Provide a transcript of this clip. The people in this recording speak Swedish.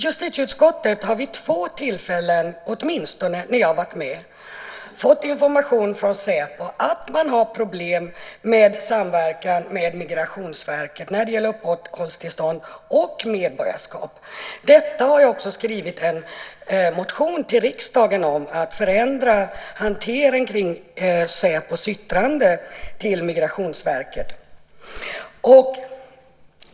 Justitieutskottet har vid två tillfällen - åtminstone när jag har varit med - fått information från Säpo om att man har problem att samverka med Migrationsverket när det gäller uppehållstillstånd och medborgarskap. Jag också skrivit en motion till riksdagen om att man borde förändra hanteringen kring Säpos yttranden till Migrationsverket.